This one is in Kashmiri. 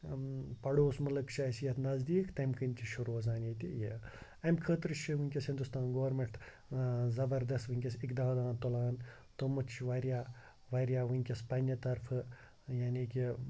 پَڑوس مُلک چھِ اَسہِ یَتھ نَزدیٖک تمہِ کِنۍ تہِ چھُ روزان ییٚتہِ یہِ اَمہِ خٲطرٕ چھِ وٕنکٮ۪س ہُندوستان گورمٮ۪نٹ زَبردَس وٕنکٮ۪س اِقدانا تُلان توٚمُت چھُ واریاہ واریاہ وٕنکٮ۪س پنٛنہِ طرفہٕ یعنی کہِ